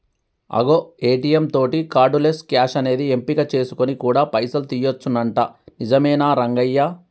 అగో ఏ.టీ.యం తోటి cardless cash అనేది ఎంపిక చేసుకొని కూడా పైసలు తీయొచ్చునంట నిజమేనా రంగయ్య